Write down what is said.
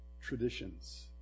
traditions